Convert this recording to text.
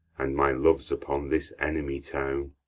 and my love's upon this enemy town